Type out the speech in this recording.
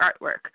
artwork